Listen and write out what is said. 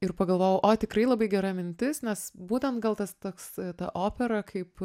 ir pagalvojau oi tikrai labai gera mintis nes būtent gal tas toks ta opera kaip